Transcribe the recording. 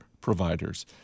providers